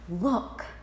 look